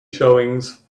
showings